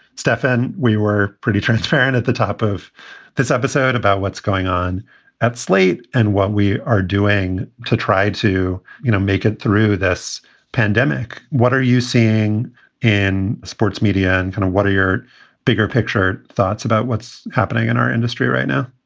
stefan, we were pretty transparent at the top of this episode about what's going on at slate and what we are doing to try to you know make it through this pandemic. what are you seeing in sports media and kind of what are your bigger picture thoughts about what's happening in our industry right now?